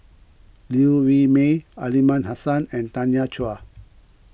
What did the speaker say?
Liew Wee Mee Aliman Hassan and Tanya Chua